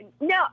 No